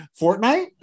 Fortnite